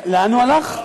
לאן הוא הלך?